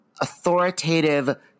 authoritative